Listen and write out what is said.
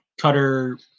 Cutter